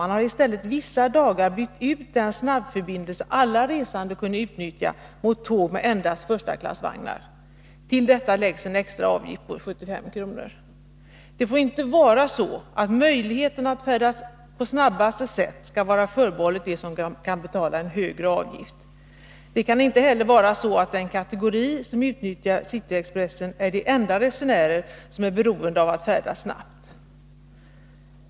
Man har i stället vissa dagar bytt ut den snabbförbindelse alla resande kunde utnyttja mot tåg med endast förstaklassvagnar. Till detta läggs en extra avgift på 75 kr. Det får inte vara så att möjligheten att färdas på snabbaste sätt skall vara förbehållen dem som kan betala en högre avgift. Det kan inte heller vara så att den kategori som utnyttjar cityexpressen är de enda resenärer som är beroende av att färdas snabbt.